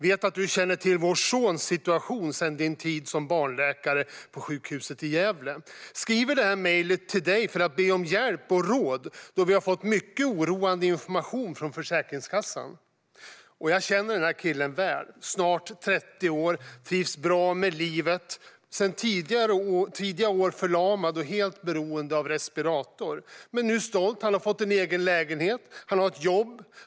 Vet att du känner till vår sons situation sedan din tid som barnläkare på sjukhuset i Gävle. Skriver det här mejlet till dig för att be om hjälp och råd då vi har fått mycket oroande information från Försäkringskassan. Jag känner den här killen väl. Han är snart 30 år och trivs bra med livet. Han är sedan tidiga år förlamad och helt beroende av respirator, men han är nu stolt - han har fått en egen lägenhet och har ett jobb.